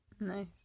Nice